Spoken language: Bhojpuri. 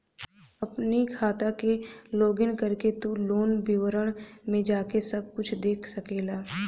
अपनी खाता के लोगइन करके तू लोन विवरण में जाके सब कुछ देख सकेला